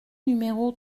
numéro